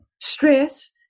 stress